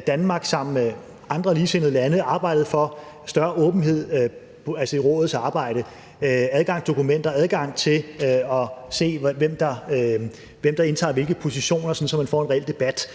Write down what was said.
Danmark sammen med ligesindede lande har arbejdet for større åbenhed i Rådets arbejde, bedre adgang til dokumenter og adgang til at se, hvem der indtager hvilke positioner, sådan at man får en reel debat.